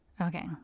Okay